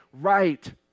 right